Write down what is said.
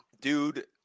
dude